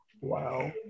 Wow